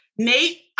Nate